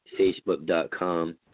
Facebook.com